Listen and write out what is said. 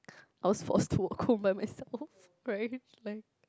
I was forced to walk home by myself right like